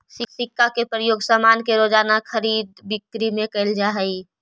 सिक्का के प्रयोग सामान के रोज़ाना खरीद बिक्री में कैल जा हई